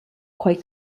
quei